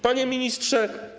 Panie Ministrze!